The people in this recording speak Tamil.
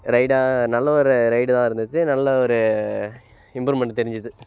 ரைடாக நல்ல ஒரு ரைடு தான் இருந்துச்சு நல்ல ஒரு இம்புரூமெண்ட் தெரிஞ்சுது